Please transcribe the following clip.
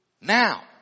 now